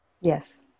Yes